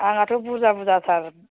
आंहाथ' बुरजा बुरजाथार